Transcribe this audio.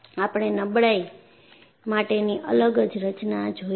આપણે નબળાઈ માટેની અલગ જ રચના જોઈ હતી